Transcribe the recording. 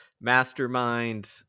mastermind